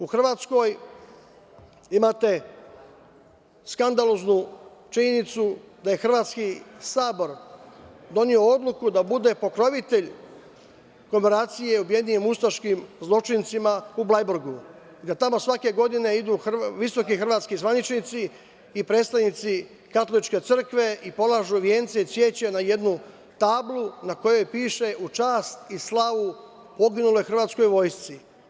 U Hrvatskoj imate skandaloznu činjenicu da je Hrvatski sabor doneo odluku da bude pokrovitelj komemoracije Ujedinjenim ustaškim zločincima u Blajburgu, jer tamo svake godine idu visoki hrvatski zvaničnici i predstavnici katoličke crkve i polažu vence i cveće na jednu tablu na kojoj piše – u čast i slavu poginule hrvatske vojske.